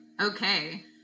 okay